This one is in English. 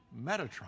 Metatron